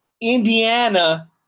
Indiana